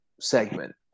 segment